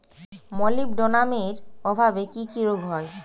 মলিবডোনামের অভাবে কি কি রোগ হয়?